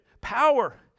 power